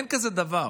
אין כזה דבר.